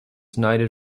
knighted